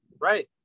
Right